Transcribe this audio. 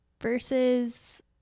versus